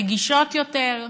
רגישות יותר,